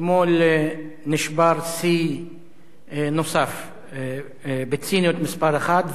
אתמול נשבר שיא נוסף בציניות מספר אחת,